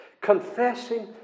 Confessing